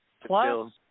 plus